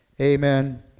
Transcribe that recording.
Amen